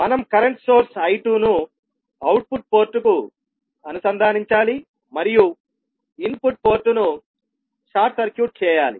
మనం current source I2 ను output పోర్టుకు అనుసంధానించాలి మరియు ఇన్పుట్ పోర్టును షార్ట్ సర్క్యూట్ చేయాలి